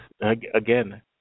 Again